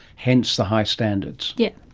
hence the high standards. yes,